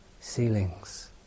ceilings